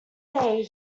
day